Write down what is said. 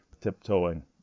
tiptoeing